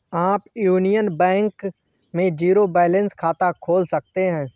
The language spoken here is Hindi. आप यूनियन बैंक में जीरो बैलेंस खाता खोल सकते हैं